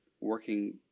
working